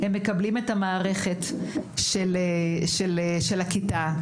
הם מקבלים את המערכת של הכיתה,